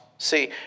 See